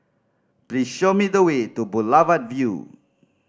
please show me the way to Boulevard Vue